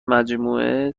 مجموعه